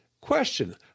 Question